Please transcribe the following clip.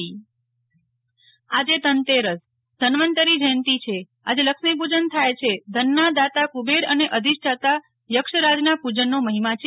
નેહ્લ ઠક્કર આજે ધન તેરસ ધનવંતરી જયંતિ છે આજે લક્ષ્મી પૂજન થાય છે ધનના દાતા કુબેર અને અધિષ્ઠાતા યક્ષરાજના પૂજનનો મહિમા છે